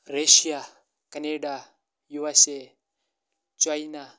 Russia Canada USA China